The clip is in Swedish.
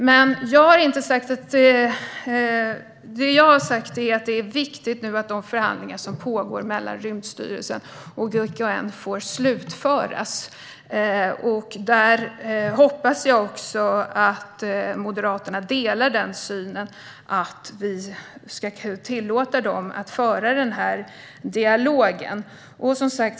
Det jag har sagt är att det är viktigt att de förhandlingar som pågår mellan Rymdstyrelsen och GKN får slutföras. Jag hoppas att Moderaterna delar synen att vi ska tillåta dem att föra denna dialog.